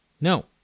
No